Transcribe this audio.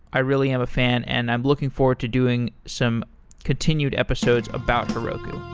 i really am a fan and i'm looking forward to doing some continued episodes about heroku